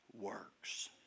works